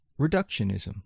reductionism